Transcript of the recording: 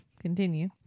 Continue